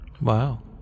Wow